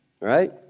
Right